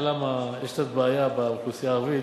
למה יש קצת בעיה באוכלוסייה הערבית,